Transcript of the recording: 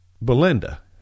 Belinda